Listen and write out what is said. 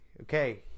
Okay